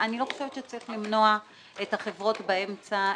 אני לא חושבת שצריך למנוע את החברות באמצע,